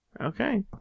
Okay